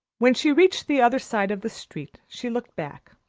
when she reached the other side of the street she looked back.